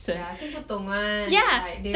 ya 听不懂 [one]